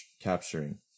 capturing